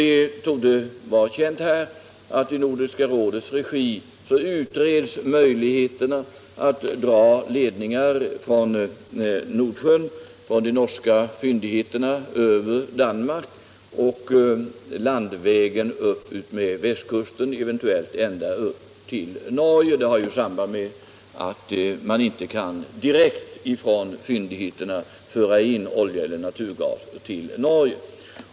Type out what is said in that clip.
Det torde vidare vara känt här att i Nordiska rådets regi utreds möjligheterna att dra ledningar från de norska fyndigheterna i Nordsjön över Danmark och landvägen upp utmed västkusten, eventuellt ända upp till Norge. Detta har samband med att man inte direkt från fyndigheterna kan föra in olja eller naturgas till Norge.